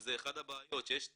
שזו אחת הבעיות שיש תקציב,